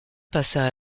passa